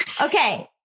Okay